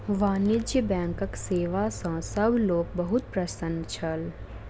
वाणिज्य बैंकक सेवा सॅ सभ लोक बहुत प्रसन्न छल